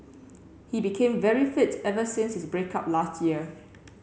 he became very fit ever since his break up last year